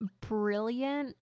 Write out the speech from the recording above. brilliant